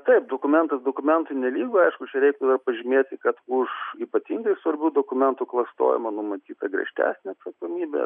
taip dokumentas dokumentui nelygu aišku čia reik pažymėti kad už ypatingai svarbių dokumentų klastojimą numatyta griežtesnė atsakomybė